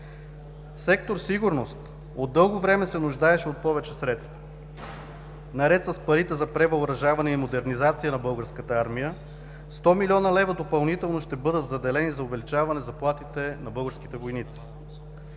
Сектор „Сигурност“ от дълго време се нуждаеше от повече средства. Наред с парите за превъоръжаване и модернизация на Българската армия, 100 млн. лв. допълнително ще бъдат заделени за увеличаване заплатите на българските войници.